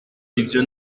ibyo